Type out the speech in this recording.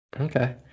Okay